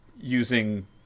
using